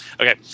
Okay